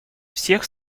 всех